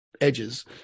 edges